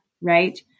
Right